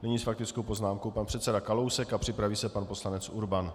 Nyní s faktickou poznámkou pan předseda Kalousek a připraví se pan poslanec Urban.